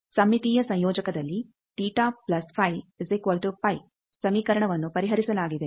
ಸಮ್ಮಿತೀಯ ಸಂಯೋಜಕದಲ್ಲಿ ಸಮೀಕರಣವನ್ನು ಪರಿಹರಿಸಲಾಗಿದೆ